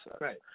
Right